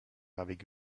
avec